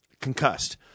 concussed